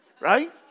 right